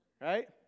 Right